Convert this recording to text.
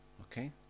Okay